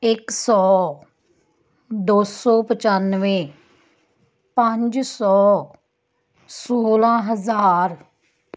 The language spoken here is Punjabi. ਇੱਕ ਸੌ ਦੋ ਸੌ ਪਚਾਨਵੇਂ ਪੰਜ ਸੌ ਸੋਲ਼ਾਂ ਹਜ਼ਾਰ